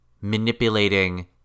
manipulating